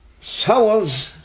souls